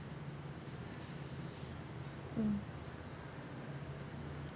mm